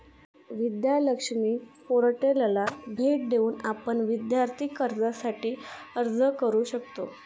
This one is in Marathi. विद्या लक्ष्मी पोर्टलला भेट देऊन आपण विद्यार्थी कर्जासाठी अर्ज करू शकता